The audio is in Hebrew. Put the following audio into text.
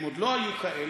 הם עוד לא היו כאלה,